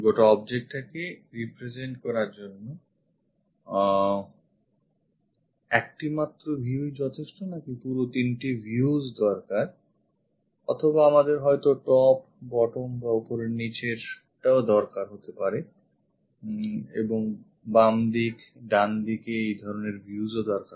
গোটা objectকে represent করার জন্য একটি মাত্র viewই যথেষ্ট নাকি পুরো তিনটি views দরকার অথবা আমাদের হয়তো top bottom বা ওপর নিচেরটা দরকার এবং বামদিক ডানদিকে এইধরনের views দরকার